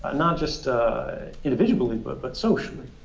ah not just individually but but socially?